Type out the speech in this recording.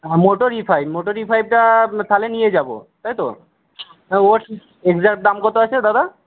হ্যাঁ Moto E five Moto E ফাইভটা তাহলে নিয়ে যাবো তাই তো হ্যাঁ ওর এক্সাট দাম কত আছে দাদা